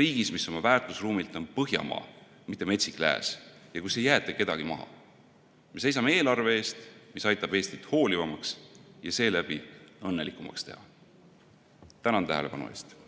riigis, mis oma väärtusruumilt on põhjamaa, mitte Metsik Lääs, ja kus ei jäeta kedagi maha. Me seisame eelarve eest, mis aitab Eestit hoolivamaks ja seeläbi õnnelikumaks teha. Tänan tähelepanu eest!